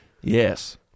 Yes